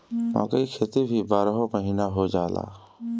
मकई के खेती भी बारहो महिना हो जाला